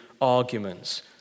arguments